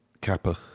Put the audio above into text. Kappa